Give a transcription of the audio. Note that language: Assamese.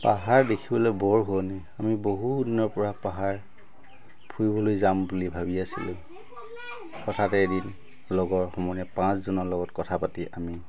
পাহাৰ দেখিবলৈ বৰ শুৱনি আমি বহু দিনৰ পৰা পাহাৰ ফুৰিবলৈ যাম বুলি ভাবি আছিলোঁ হঠাতে এদিন লগৰ সমনীয়াৰ পাঁচজনৰ লগত কথা পাতি আমি